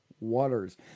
waters